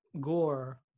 Gore